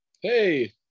Hey